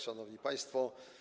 Szanowni Państwo!